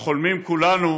החולמים, כולנו,